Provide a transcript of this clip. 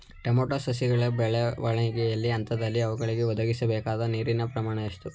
Tomato ಸಸಿಗಳ ಬೆಳವಣಿಗೆಯ ಹಂತದಲ್ಲಿ ಅವುಗಳಿಗೆ ಒದಗಿಸಲುಬೇಕಾದ ನೀರಿನ ಪ್ರಮಾಣ ಎಷ್ಟು?